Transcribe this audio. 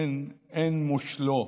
אין מושלו.